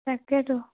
তাকেটো